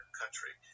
country